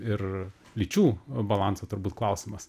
ir lyčių balanso turbūt klausimas